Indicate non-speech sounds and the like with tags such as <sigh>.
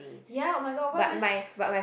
ya oh my god why am I <breath>